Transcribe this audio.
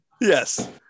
Yes